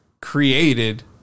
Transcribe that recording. created